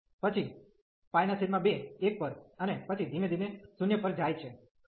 અને પછી 2 1 પર અને પછી ધીમે ધીમે 0 પર જાય છે